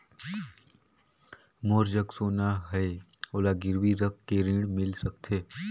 मोर जग सोना है ओला गिरवी रख के ऋण मिल सकथे?